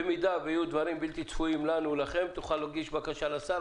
במידה ויהיו דברים בלתי צפויים לנו או לכם תוכלו להגיש בקשה לשר.